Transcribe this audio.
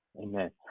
Amen